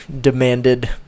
demanded